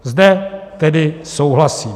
Zde tedy souhlasím.